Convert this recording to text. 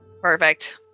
Perfect